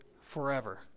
forever